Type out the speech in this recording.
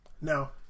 now